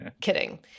Kidding